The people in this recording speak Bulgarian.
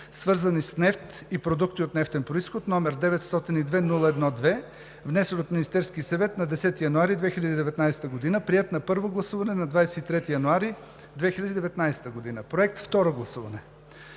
свързани с нефт и продукти от нефтен произход, № 902-01-2, внесен от Министерския съвет на 10 януари 2019 г., приет на първо гласуване на 23 януари 2019 г.“ Проект – второ гласуване.